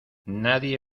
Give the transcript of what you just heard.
nadie